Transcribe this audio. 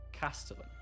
castellan